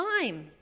time